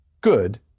good